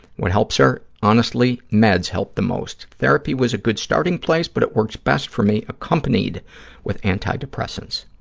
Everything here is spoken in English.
what helps her, honestly, meds help the most. therapy was a good starting place, but it works best for me accompanied with antidepressants.